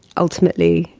ultimately,